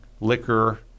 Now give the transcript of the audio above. liquor